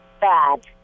bad